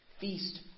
Feast